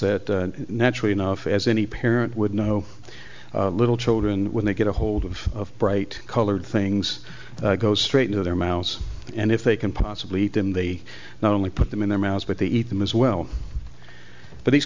that naturally enough as any parent would know little children when they get a hold of bright colored things go straight into their mouths and if they can possibly eat them they not only put them in their mouths but the eat them as well but the